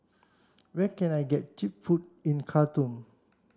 where can I get cheap food in Khartoum